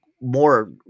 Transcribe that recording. more